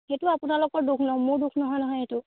সেইটো আপোনালোকৰ দোষ মোৰ দোষ নহয় নহয় সেইটো